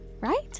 Right